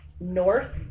north